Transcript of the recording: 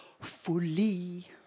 Fully